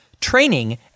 training